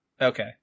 Okay